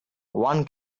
one